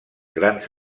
grans